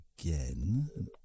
again